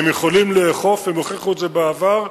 הם יכולים לאכוף, הם הוכיחו את זה בעבר,